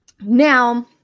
Now